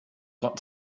got